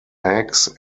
eggs